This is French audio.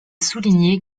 souligné